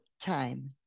time